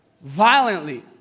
Violently